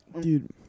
Dude